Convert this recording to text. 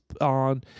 on